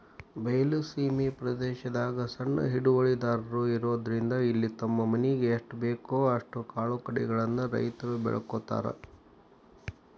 ಬಯಲ ಸೇಮಿ ಪ್ರದೇಶದಾಗ ಸಣ್ಣ ಹಿಡುವಳಿದಾರರು ಇರೋದ್ರಿಂದ ಇಲ್ಲಿ ತಮ್ಮ ಮನಿಗೆ ಎಸ್ಟಬೇಕೋ ಅಷ್ಟ ಕಾಳುಕಡಿಗಳನ್ನ ರೈತರು ಬೆಳ್ಕೋತಾರ